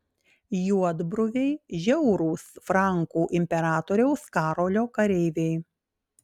juodbruviai žiaurūs frankų imperatoriaus karolio kareiviai